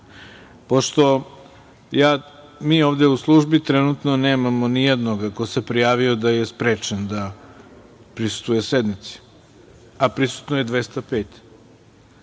pošto mi ovde u službi trenutno nemamo nijednog ko se prijavio da je sprečen da prisustvuje sednici, a prisutno je 205.Isto